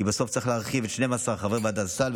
כי בסוף צריך להרחיב ל-12 חברי ועדת הסל,